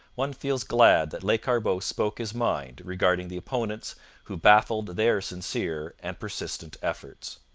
one feels glad that lescarbot spoke his mind regarding the opponents who baffled their sincere and persistent efforts.